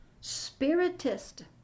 Spiritist